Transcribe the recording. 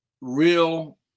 real